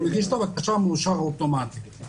כל בקשה כזו מופנית או לשגרירות או לרשות